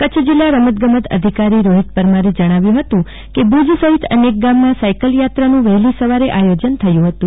કચ્છ જિલ્લા રમત ગમત અધિકારી રોહીત પરમારે જણાવ્યુ છે કે ભુજ સહિત અનેક ગામમાં સાયકલ યાત્રાનું વહેલી સવારે આયોજન થયું હતું